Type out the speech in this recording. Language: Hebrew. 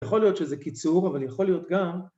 ‫יכול להיות שזה קיצור, ‫אבל יכול להיות גם...